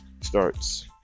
starts